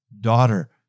Daughter